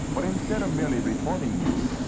but instead of merely reporting news,